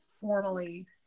formally